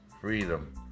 freedom